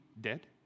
dead